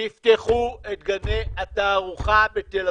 תפתחו את גני התערוכה בתל-אביב.